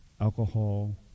alcohol